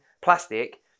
plastic